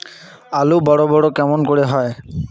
আলু বড় বড় কেমন করে হয়?